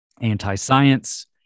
anti-science